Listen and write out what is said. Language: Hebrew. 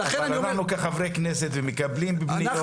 אבל אנחנו כחברי הכנסת מקבלים פניות.